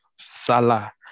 Salah